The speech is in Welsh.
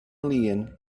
lin